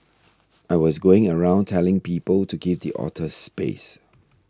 I was going around telling people to give the otters space